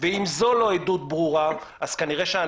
אמיר אוחנה